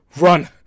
Run